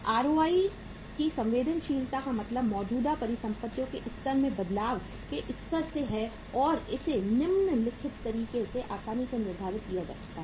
ROI ROI की संवेदनशीलता का मतलब मौजूदा परिसंपत्तियों के स्तर में बदलाव के स्तर से है और इसे निम्नलिखित तरीके से आसानी से निर्धारित किया जा सकता है